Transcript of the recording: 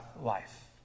life